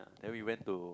then we went to